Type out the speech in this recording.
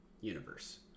Universe